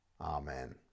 amen